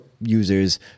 users